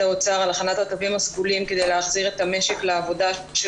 האוצר על הכנת התווים הסגולים כדי להחזיר את המשק לעבודה,